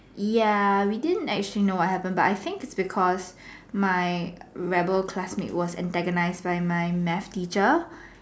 ya we didn't actually know what happened but I think it's because my rebel classmate was antagonized by my math teacher